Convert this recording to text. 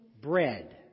bread